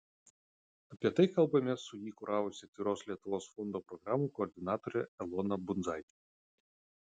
apie tai kalbamės su jį kuravusia atviros lietuvos fondo programų koordinatore elona bundzaite